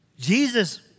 Jesus